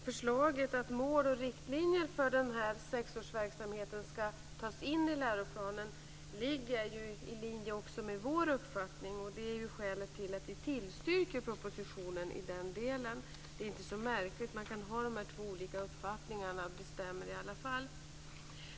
Förslaget att mål och riktlinjer för sexårsverksamheten skall tas in i läroplanen ligger i linje också med Moderaternas uppfattning. Det är skälet till att vi tillstyrker propositionen i den delen. Det är inte så märkligt. Man kan ha de här två olika uppfattningarna, och det stämmer i alla fall.